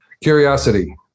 curiosity